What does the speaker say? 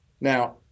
Now